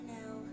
now